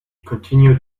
continue